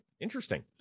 Interesting